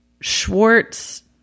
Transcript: schwartz